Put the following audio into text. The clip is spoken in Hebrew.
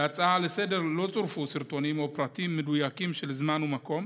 להצעה לסדר-היום לא צורפו סרטונים או פרטים מדויקים של זמן ומקום.